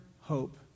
hope